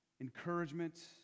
encouragement